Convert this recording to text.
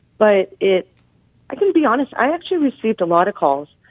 but it i can be honest. i actually received a lot of calls.